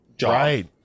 Right